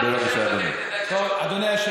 בבקשה, אדוני.